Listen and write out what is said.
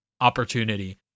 opportunity